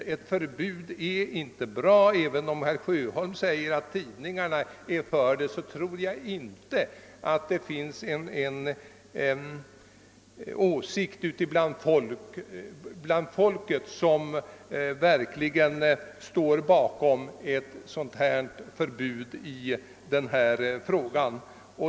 Herr Sjöholm säger visserligen att tidningarna är för ett förbud, men jag tror inte att de har folket bakom sig.